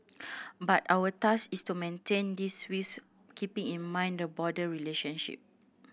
but our task is to maintain this whilst keeping in mind the broader relationship